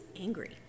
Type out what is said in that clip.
angry